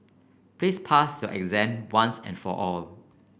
please pass your exam once and for all